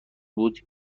بود